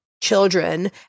children